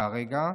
רגע,